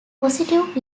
positive